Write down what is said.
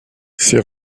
ces